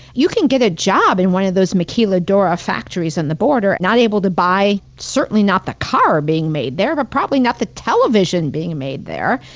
you can get a job in one of those maquiladora factories on and the border, not able to buy, certainly not the car being made there, but probably not the television being made there.